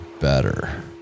better